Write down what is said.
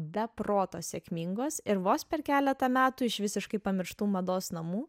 be proto sėkmingos ir vos per keletą metų iš visiškai pamirštų mados namų